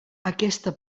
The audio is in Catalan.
aquesta